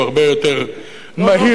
הוא הרבה יותר מהיר.